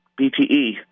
BTE